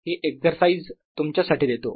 मी हि एक्सरसाईझ तुमच्यासाठी देतो